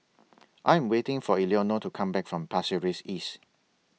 I Am waiting For Eleonore to Come Back from Pasir Ris East